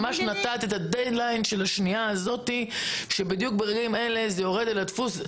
ממש נתת את הדד-ליין של השנייה הזאת שזה יורד אל הדפוס.